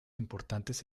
importantes